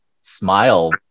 smile